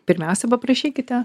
pirmiausia paprašykite